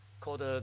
called